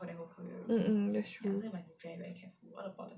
mm that's true